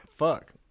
fuck